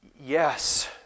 Yes